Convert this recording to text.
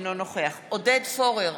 אינו נוכח עודד פורר,